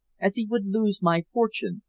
as he would lose my fortune,